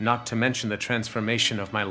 not to mention the transformation of my